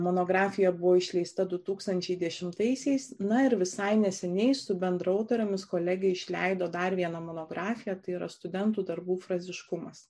monografija buvo išleista du tūkstančiai dešimtaisiais na ir visai neseniai su bendraautorėmis kolegė išleido dar vieną monografiją tai yra studentų darbų fraziškumas